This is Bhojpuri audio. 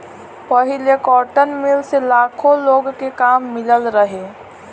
पहिले कॉटन मील से लाखो लोग के काम मिलल रहे